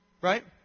right